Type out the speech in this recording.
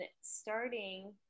starting